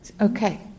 Okay